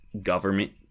government